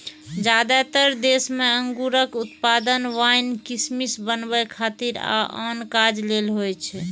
जादेतर देश मे अंगूरक उत्पादन वाइन, किशमिश बनबै खातिर आ आन काज लेल होइ छै